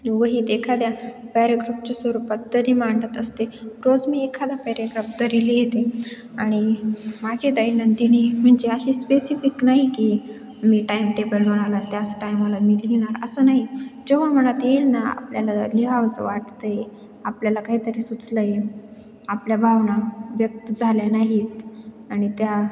वहीत एखाद्या पॅरेग्राफच्या स्वरूपात तरी मांडत असते रोज मी एखादा पॅरेग्राफ तरी लिहीते आणि माझी दैनंदिनी म्हणजे अशी स्पेसिफिक नाही की मी टाइमटेबल म्हणाला त्याच टायमाला मी लिहिणार असं नाही जेव्हा मनात येईल ना आपल्याला लिहावंसं वाटतं आहे आपल्याला काहीतरी सुचलं आहे आपल्या भावना व्यक्त झाल्या नाहीत आणि त्या